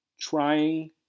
trying